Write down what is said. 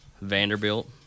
Vanderbilt